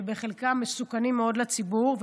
שבחלקם מסוכנים מאוד לציבור,